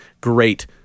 great